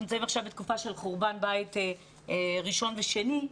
נמצאים עכשיו בתקופה של חורבן בית ראשון ושני.